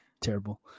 terrible